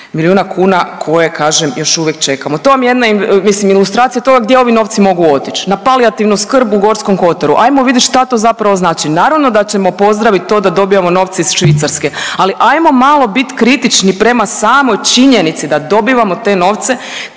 milijuna kuna koje kažem još uvijek čekamo. To vam je jedna mislim ilustracija toga gdje ovi novci mogu otići na palijativnu skrb u Gorskom kotaru ajmo vidit šta to zapravo znači. Naravno da ćemo pozdravit to da dobijamo novce iz Švicarske, ali ajmo malo bit kritični prema samoj činjenici da dobivamo te novce,